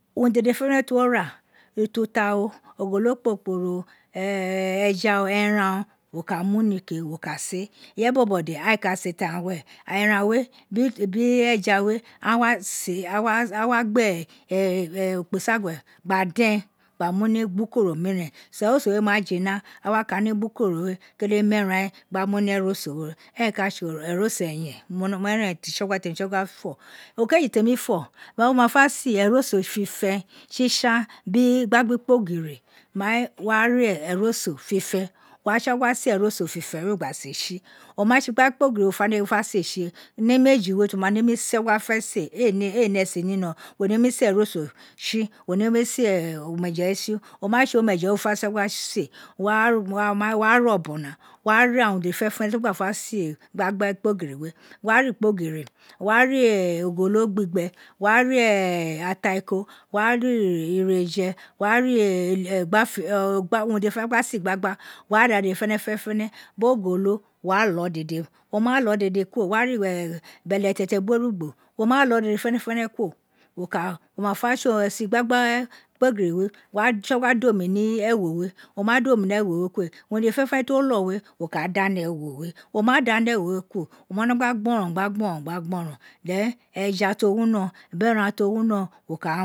Urun dede fẹnẹ ta wo ra, ututu o ogolo kpokporo eja o eran o wo ka nuni ke wo ku see, ireye bobo de agha ee ka se taghan were eran we bin eja we aghan wa se a wa gba ekpisangue gba den gba mu ni ubukoro miren, so eroso we ma fina a wa kani ubukoro we kele me ran we gba mu ni eroso we, eren ka tse eroso ajen, eren ti utsogu temi tsogua fo o kefi temi fo, mai wo ma fe se eroso fifen tsitsa biri gbagbikpogiri, mai wo wa ra eroso fifen, tsogui se eroso fifen we gba se toi o ma tsi gbagbiko ogiri wo fa wo fa se tsi ni meji we ti wo ma neni tsogua fe se ee nesi ni no, wo nemi se eroso tsi, wo nemi se omeye we tsi, wo nemi se omeje we tsi, o ma tse we wo fa tsogha fe se wo wa re obon now, wo wa ra urun dede fenefene ti wo gba fe se gbagbikpogiri we, wo wa ra ikpogiri, wo wa ra ogolo gbigbe, wo wa ra ataiko wo wa re ighereje, urun dede fenefene ti a gba se igbagba wo wa ra dede fenefene bin ogolo wo wa lo dede, wo ma lo dede kuro wa wa ra beletete biri orugbo wo ma lo dede fenefene kuro wo ka wo ma fe tse tsi igbagba we kpogiri we, wo wa tsogua do mi ni ewo we, wo ma do mi ni ewo we wo, ma da ni ewo we kuro, o ma wino gba gboron gba gboron gba gboron then eja ti o wino biri eran ti o wino wo ka